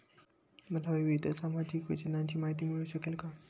मला विविध सामाजिक योजनांची माहिती मिळू शकेल का?